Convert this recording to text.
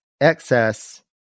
excess